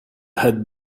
had